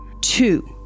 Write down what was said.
Two